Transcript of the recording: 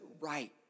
right